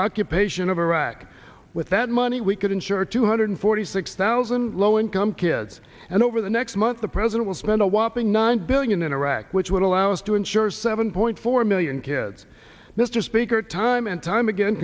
occupation of iraq with that money we could insure two hundred forty six thousand low income kids and over the next month the president will spend a whopping nine billion in iraq which would allow us to insure seven point four million kids mr speaker time and time again